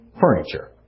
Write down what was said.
furniture